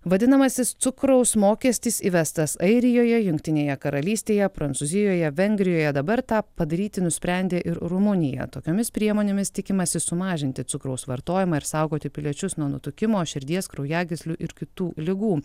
vadinamasis cukraus mokestis įvestas airijoje jungtinėje karalystėje prancūzijoje vengrijoje dabar tą padaryti nusprendė ir rumunija tokiomis priemonėmis tikimasi sumažinti cukraus vartojimą ir saugoti piliečius nuo nutukimo širdies kraujagyslių ir kitų ligų